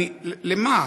למה?